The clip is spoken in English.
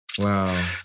Wow